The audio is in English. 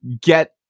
get